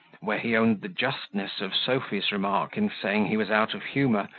where he owned the justness of sophy's remark in saying he was out of humour,